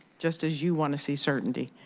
just as you want to see certainty.